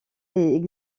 est